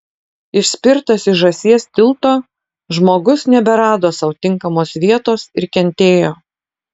išspirtas iš žąsies tilto žmogus neberado sau tinkamos vietos ir kentėjo